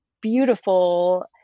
beautiful